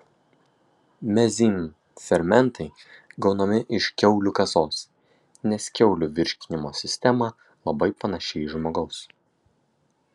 mezym fermentai gaunami iš kiaulių kasos nes kiaulių virškinimo sistema labai panaši į žmogaus